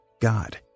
God